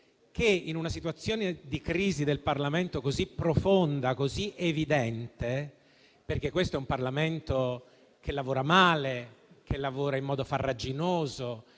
in una situazione di crisi del Parlamento così profonda e così evidente. Questo è un Parlamento che lavora male, in modo farraginoso.